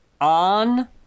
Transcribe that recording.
on